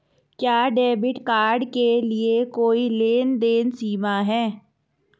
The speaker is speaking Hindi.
क्या डेबिट कार्ड के लिए कोई लेनदेन सीमा है?